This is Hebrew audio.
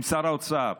עם שר האוצר,